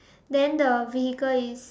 then the vehicle is